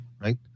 right